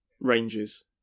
ranges